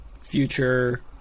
future